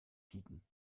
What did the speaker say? tiden